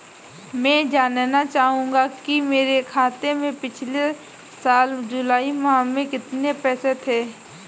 मैं जानना चाहूंगा कि मेरे खाते में पिछले साल जुलाई माह में कितने पैसे थे?